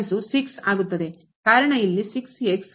ಭಾಗಿಸು ಕಾರಣ ಇಲ್ಲಿ ಹಾಗು ಇದರ ಡೆರಿವೆಟಿಯು 6